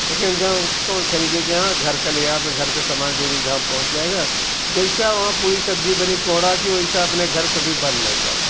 लेकिन हम कहें कौन खरीदे कि यहाँ घर का घर का सामान देवी धाम पहुँच जाएगा जैसा वहाँ पूरी सब्जी बनी कोहड़ा कि वैसा अपने घर कभी बन नहीं पाई